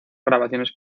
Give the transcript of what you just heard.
grabaciones